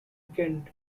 gain